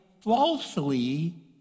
falsely